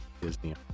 Disney